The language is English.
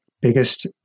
biggest